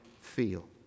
feel